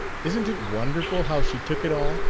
isn't it wonderful how she took it all!